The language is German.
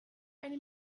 eine